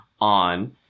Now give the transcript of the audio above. on